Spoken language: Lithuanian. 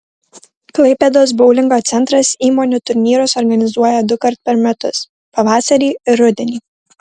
klaipėdos boulingo centras įmonių turnyrus organizuoja dukart per metus pavasarį ir rudenį